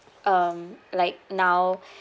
um like now